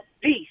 Peace